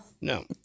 No